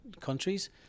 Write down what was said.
countries